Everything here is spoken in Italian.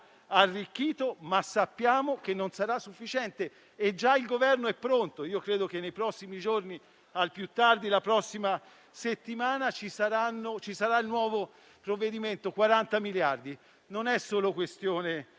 ma sappiamo che non sarà sufficiente e il Governo è già pronto. Credo che nei prossimi giorni, al più tardi la prossima settimana, ci sarà il nuovo provvedimento da 40 miliardi di euro. Non è solo questione